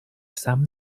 sam